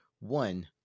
One